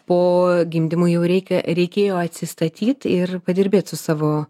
po gimdymo jau reikia reikėjo atsistatyt ir padirbėt su savo